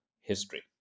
history